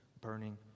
burning